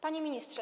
Panie Ministrze!